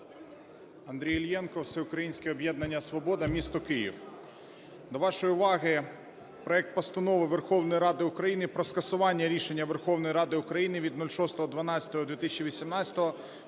Андрій Іллєнко, Всеукраїнське об'єднання "Свобода", місто Київ. До вашої уваги проект Постанови Верховної Ради України про скасування рішення Верховної Ради України від 06.12.2018 про